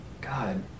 God